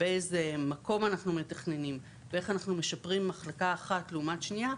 באיזה מקום אנחנו מתכננים ואיך אנחנו משפרים מחלקה אחת לעומת שנייה,